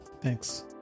Thanks